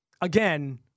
again